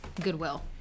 Goodwill